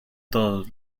todos